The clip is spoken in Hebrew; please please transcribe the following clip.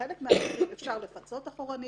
בחלק מהדברים אפשר לפצות אחרונית,